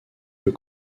peu